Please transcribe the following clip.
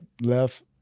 left